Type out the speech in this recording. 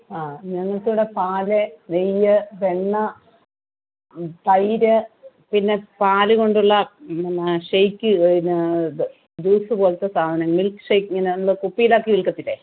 ആ ഞങ്ങൾക്ക് ഇവിടെ പാൽ നെയ്യ് വെണ്ണ തൈര് പിന്നെ പാൽ കൊണ്ടുള്ള എന്ന ഷേയ്ക്ക് പിന്നെ ഇത് ജൂസ്സ് പോലത്തെ സാധനം മിൽക്ക് ഷേയ്ക്ക് ഇങ്ങനെ കുപ്പിയിലാക്കി വിൽക്കത്തില്ലെ